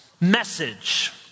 message